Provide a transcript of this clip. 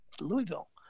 Louisville